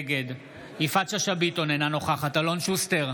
נגד יפעת שאשא ביטון, אינה נוכחת אלון שוסטר,